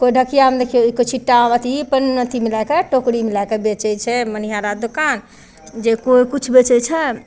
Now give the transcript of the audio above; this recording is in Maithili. केओ ढकियामे देखियौ केओ छिट्टामे अथी अपन अथीमे लए कऽ टोकरीमे लए कऽ बेचै छै मनिहारा दोकान जे केओ किछु बेचै छै